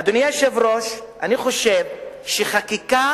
אדוני היושב-ראש, אני חושב שחקיקה